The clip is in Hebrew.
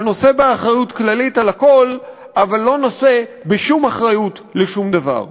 שנושא באחריות כללית לכול אבל לא נושא בשום אחריות לשום דבר.